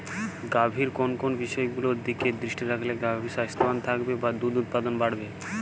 গাভীর কোন কোন বিষয়গুলোর দিকে দৃষ্টি রাখলে গাভী স্বাস্থ্যবান থাকবে বা দুধ উৎপাদন বাড়বে?